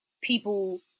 people